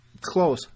close